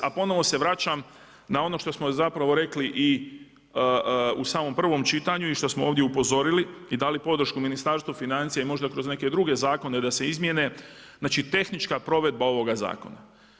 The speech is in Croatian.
A ponovno se vraćam na ono što smo zapravo rekli i u samom prvom čitanju i što smo ovdje upozorili i dali podršku Ministarstvu financija i možda kroz neke druge zakone da se izmjene, znači tehnička provedba ovoga zakona.